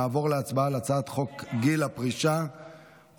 נעבור להצבעה על הצעת חוק גיל פרישה (הורה